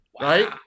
Right